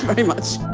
very much